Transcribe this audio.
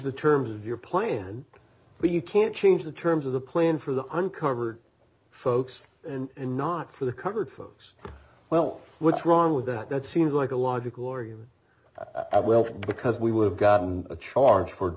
the terms of your plan but you can't change the terms of the plan for the uncovered folks and not for the covered folks well what's wrong with that that seems like a logical argument because we would have gotten a charge for